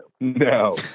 No